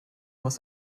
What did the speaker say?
was